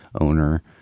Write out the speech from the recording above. owner